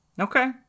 okay